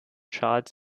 charles